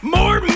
More